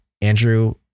Andrew